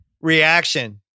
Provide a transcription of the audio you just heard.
reaction